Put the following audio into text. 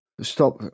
stop